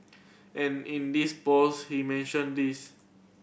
and in this post he mentioned this